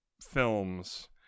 films